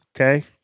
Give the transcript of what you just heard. Okay